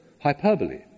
hyperbole